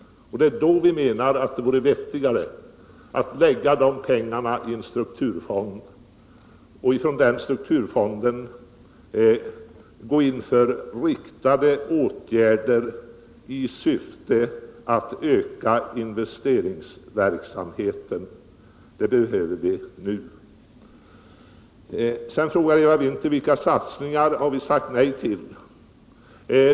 Vi menar att det vore vettigare att lägga dessa pengar i en strukturfond och via den fonden gå in för riktade åtgärder i syfte att öka investeringsverksamheten — det är vad vi nu behöver. Sedan frågade Eva Winther vilka satsningar vi har sagt nej till.